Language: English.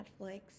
netflix